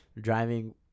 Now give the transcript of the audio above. driving